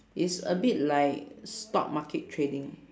is a bit like stock market trading